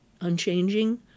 unchanging